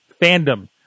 fandom